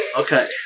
Okay